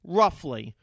roughly